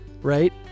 Right